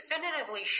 definitively